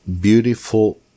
beautiful